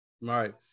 Right